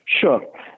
Sure